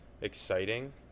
exciting